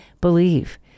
believe